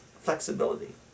flexibility